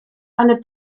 eine